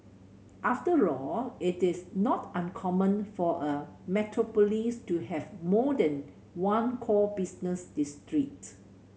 after all it is not uncommon for a metropolis to have more than one core business district